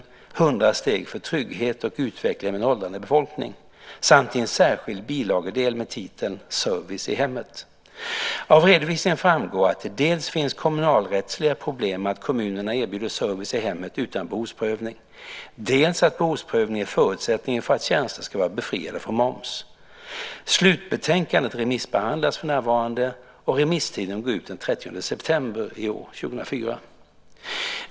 100 steg för trygghet och utveckling med en åldrande befolkning samt en särskild bilagedel med titeln Service i hemmet . Av redovisningen framgår att det dels finns kommunalrättsliga problem med att kommunerna erbjuder service i hemmet utan behovsprövning, dels att behovsprövningen är förutsättningen för att tjänster ska vara befriade från moms. Slutbetänkandet remissbehandlas för närvarande, och remisstiden går ut den 30 september 2004.